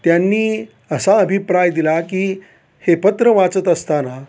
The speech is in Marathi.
त्यांनी असा अभिप्राय दिला की हे पत्र वाचत असताना